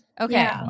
Okay